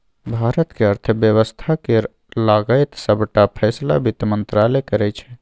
भारतक अर्थ बेबस्था केर लगाएत सबटा फैसला बित्त मंत्रालय करै छै